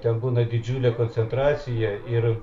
ten būna didžiulė koncentracija ir